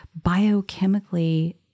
biochemically